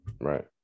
Right